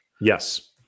Yes